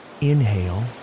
Inhale